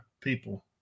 people